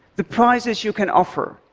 the prices you can offer,